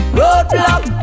roadblock